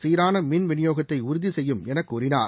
சீரான மின் விநியோகத்தை உறுதி செய்யும் என கூறினார்